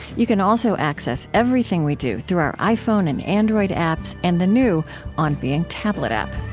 you can also access everything we do through our iphone and android apps and the new on being tablet app